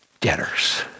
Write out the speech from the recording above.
debtors